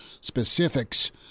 specifics